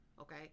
okay